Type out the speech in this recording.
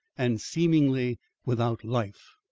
and seemingly without life.